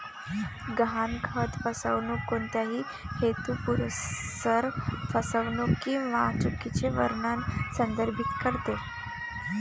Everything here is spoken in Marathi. गहाणखत फसवणूक कोणत्याही हेतुपुरस्सर फसवणूक किंवा चुकीचे वर्णन संदर्भित करते